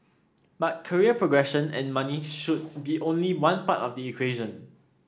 but career progression and money should be only one part of the equation